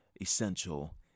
essential